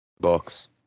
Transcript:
Books